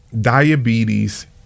diabetes